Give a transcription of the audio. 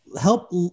help